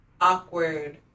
awkward